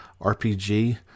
RPG